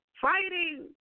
fighting